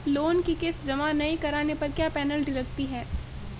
Loan की किश्त जमा नहीं कराने पर क्या पेनल्टी लगती है?